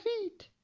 feet